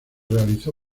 realizó